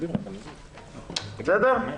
אלכס פרידמן,